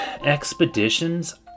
Expeditions